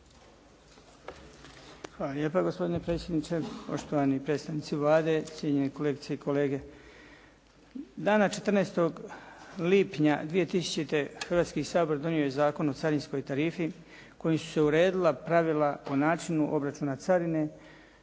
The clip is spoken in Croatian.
Hvala lijepa gospodine predsjedniče. Poštovani predstavnici Vlade, cijenjeni kolegice i kolege. Dana 14. lipnja 2000. Hrvatski sabor je donio Zakon o carinskoj tarifi kojim su se uredila pravila o načinu obračuna carine,